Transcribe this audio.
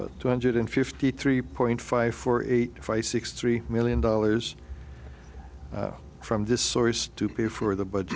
two hundred fifty three point five four eight five six three million dollars from this source to pay for the but